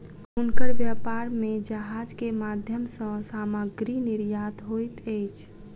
हुनकर व्यापार में जहाज के माध्यम सॅ सामग्री निर्यात होइत अछि